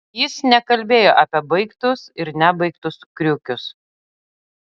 jis nekalbėjo apie baigtus ir nebaigtus kriukius